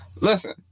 Listen